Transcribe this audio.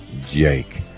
Jake